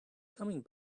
coming